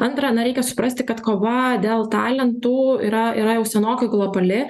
antra na reikia suprasti kad kova dėl talentų yra yra jau senokai globali